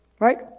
Right